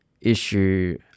issue